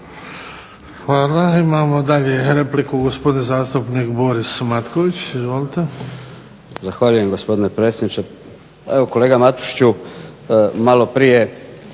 Hvala. Imamo dalje repliku gospodin zastupnik Boris Matković. **Matković, Borislav (HDZ)** zahvaljujem gospodine predsjedniče. Pa evo kolega Matušiću, malo prije